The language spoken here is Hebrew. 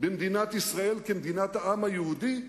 במדינת ישראל כמדינת העם היהודי,